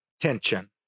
tension